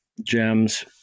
gems